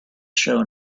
show